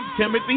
Timothy